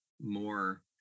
more